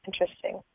Interesting